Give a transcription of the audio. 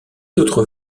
autre